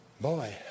Boy